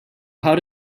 how